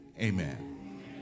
Amen